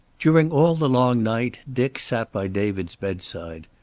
during all the long night dick sat by david's bedside.